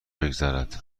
بگذرد